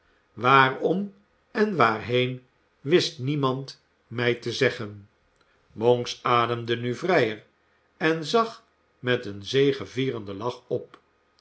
waarom en waarheen wist niemand mij te zeggen monks ademde nu vrijer en zag met een zegevierende lach op